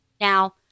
Now